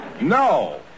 No